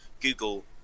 Google